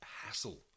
hassle